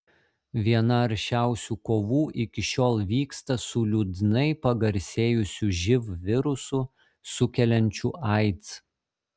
viena aršiausių kovų iki šiol vyksta su liūdnai pagarsėjusiu živ virusu sukeliančiu aids